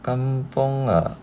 kampung ah